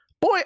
boy